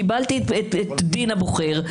קיבלתי את דין הבוחר,